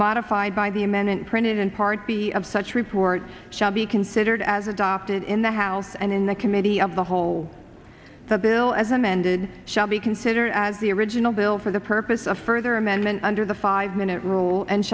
modified by the amendment printed in part b of such reports shall be considered as adopted in the house and in the committee of the whole the bill as amended shall be considered as the original bill for the purpose of further amendment under the five minute rule and